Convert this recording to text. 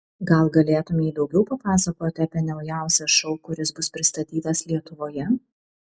gal galėtumei daugiau papasakoti apie naujausią šou kuris bus pristatytas lietuvoje